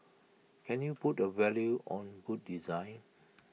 can you put A value on good design